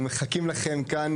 אנחנו מחכים לכם כאן,